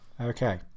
Okay